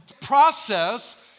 process